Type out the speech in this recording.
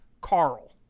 Carl